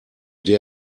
der